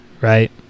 right